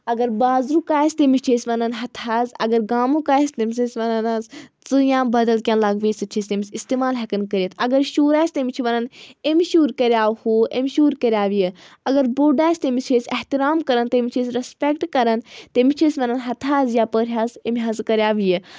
اَگر بازرُک آسہِ تٔمِس چھِ أسۍ وَنان ہَتہٕ حظ اَگر گامُک آسہِ تٔمِس أسۍ وَنان حظ ژٔیا بدل کینٛہہ لَینگویج سۭتۍ چھِ أسۍ تٔمِس اِستعمال ہؠکان کٔرِتھ اَگر شُر آسہِ تٔمِس چھِ وَنان أمِس شُر کَرو ہُہ أمِس شُر کَرو یہِ اَگر بوٚڑ آسہِ تٔمِس چھِ أسۍ اَحترام کَران تٔمِس چھِ أسۍ ریٚسپیکٹہٕ کران تٔمِس چھِ أسۍ وَنان ہَتہٕ حظ یَپٲرۍ حظ أمۍ حظ کَریو یہِ